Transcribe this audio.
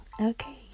Okay